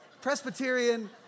Presbyterian